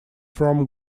from